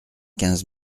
quinze